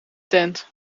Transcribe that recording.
tent